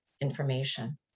information